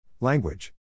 Language